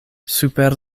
super